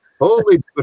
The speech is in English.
Holy